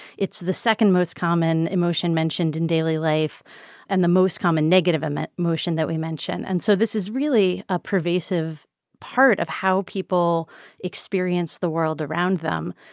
it's the second most common emotion mentioned in daily life and the most common negative emotion that we mention and so this is really a pervasive part of how people experience the world around them.